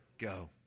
go